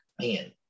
man